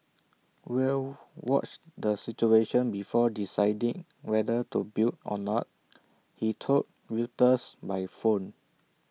we'll watch the situation before deciding whether to build or not he told Reuters by phone